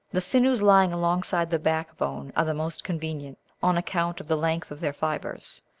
the sinews lying alongside the backbone are the most convenient, on account of the length of their fibres.